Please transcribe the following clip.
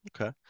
Okay